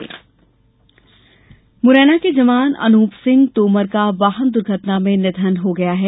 मुरैना शहीद मुरैना के जवान अनूप सिंह तोमर वाहन दुर्घटना में निधन हो गया है